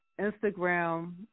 Instagram